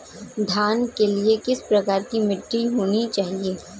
धान के लिए किस प्रकार की मिट्टी होनी चाहिए?